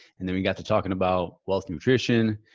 and then we got to talking about wealth nutrition.